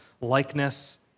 likeness